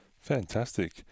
Fantastic